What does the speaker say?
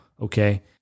okay